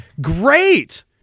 great